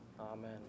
amen